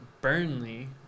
Burnley